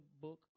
book